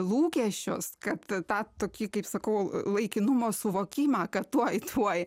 lūkesčius kad tą tokį kaip sakau laikinumo suvokimą kad tuoj tuoj